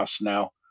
now